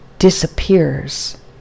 disappears